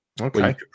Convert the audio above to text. Okay